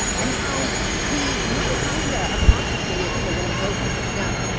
and how the mitochondria are concentrated in a woman's ovaries now,